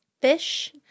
Fish